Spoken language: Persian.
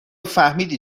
فهمیدی